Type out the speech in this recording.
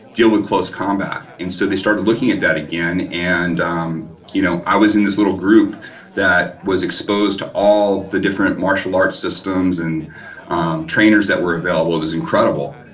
deal with close combat. and so they started looking at again and um you know i was in his little group that was exposed to all the different martial arts systems and trainers that were available, it was incredible.